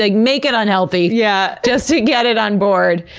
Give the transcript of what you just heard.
like make it unhealthy, yeah just to get it on board.